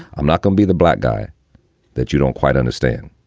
i'm not gonna be the black guy that you don't quite understand.